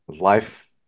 Life